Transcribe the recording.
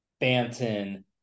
Banton